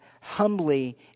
humbly